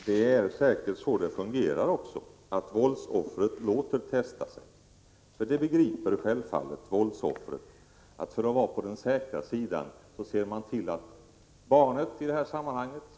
Herr talman! Det fungerar säkert så att våldsoffret låter testa sig. Våldsoffret begriper självfallet att man för att vara på den säkra sidan måste låta testa barnet i detta sammanhang.